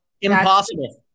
impossible